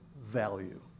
value